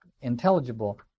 intelligible